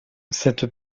cette